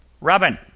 Robin